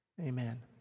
amen